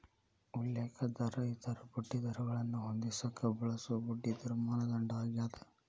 ಉಲ್ಲೇಖ ದರ ಇತರ ಬಡ್ಡಿದರಗಳನ್ನ ಹೊಂದಿಸಕ ಬಳಸೊ ಬಡ್ಡಿದರ ಮಾನದಂಡ ಆಗ್ಯಾದ